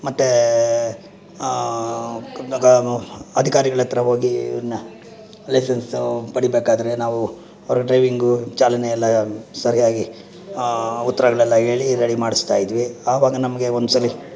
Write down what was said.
ಮತ್ತೆ ಕಣಗಳು ಅಧಿಕಾರಿಗಳ ಹತ್ತಿರ ಹೋಗಿ ಲೈಸನ್ಸ್ ಪಡಿಬೇಕಾದರೆ ನಾವು ಅವರ ಡ್ರೈವಿಂಗ್ ಚಾಲನೆಯೆಲ್ಲ ಸರಿಯಾಗಿ ಉತ್ತರಗಳೆಲ್ಲ ಹೇಳಿ ರೆಡಿ ಮಾಡಿಸ್ತಾಯಿದ್ವಿ ಅವಾಗ ನಮಗೆ ಒಂದ್ಸಲ